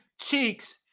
cheeks